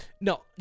No